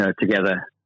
together